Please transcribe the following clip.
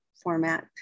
Format